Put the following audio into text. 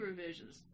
revisions